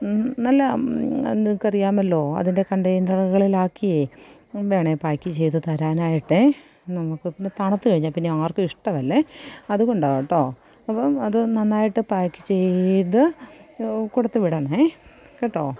നല്ല നിങ്ങള്ക്കറിയാമല്ലോ അതിൻ്റെ കണ്ടെയ്നറുകളിലാക്കിയേ വേണേ പായ്ക്ക് ചെയ്ത് തരാനായിട്ടേ നമുക്ക് തണുത്ത കഴിഞ്ഞാല്പ്പിന്നെ ആർക്കും ഇഷ്ടമല്ലേ അതുകൊണ്ടാണ് കേട്ടോ അപ്പോള് അത് നന്നായിട്ട് പായ്ക്ക് ചെയ്ത് കൊടുത്തുവിടണേ കേട്ടോ